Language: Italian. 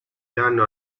danno